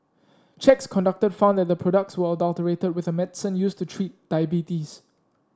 checks conducted found that the products were adulterated with a medicine used to treat diabetes